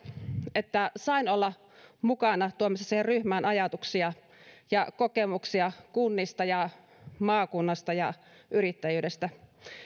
että sain olla mukana tuomassa siihen ryhmään ajatuksia ja kokemuksia kunnista maakunnasta ja yrittäjyydestä